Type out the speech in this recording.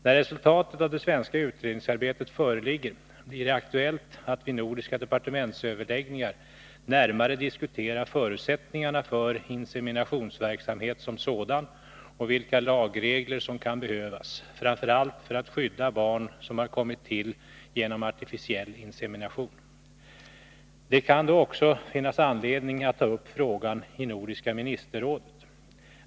När resultatet av det svenska utredningsarbetet föreligger blir det aktuellt att vid nordiska departementsöverläggningar närmare diskutera förutsättningarna för inseminationsverksamhet som sådan och vilka lagregler som kan behövas, framför allt för att skydda barn som har kommit till genom artificiell insemination. Det kan då också finnas anledning att ta upp frågan i Nordiska ministerrådet.